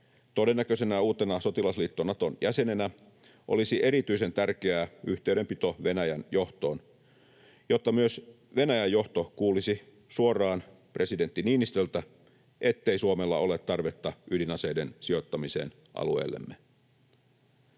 todennäköisenä uutena sotilasliitto Naton jäsenenä olisi erityisen tärkeää yhteydenpito Venäjän johtoon, jotta myös Venäjän johto kuulisi suoraan presidentti Niinistöltä, ettei Suomella ole tarvetta ydinaseiden sijoittamiseen alueellemme.